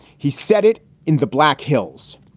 he said it in the black hills,